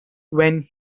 when